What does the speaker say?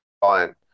fine